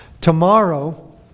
Tomorrow